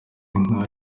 inka